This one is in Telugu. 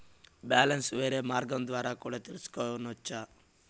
బ్యాలెన్స్ వేరే మార్గం ద్వారా కూడా తెలుసుకొనొచ్చా?